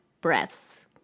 breaths